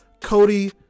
cody